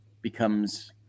becomes